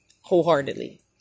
wholeheartedly